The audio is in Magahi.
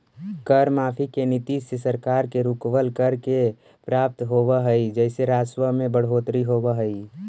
कर माफी के नीति से सरकार के रुकवल, कर के प्राप्त होवऽ हई जेसे राजस्व में बढ़ोतरी होवऽ हई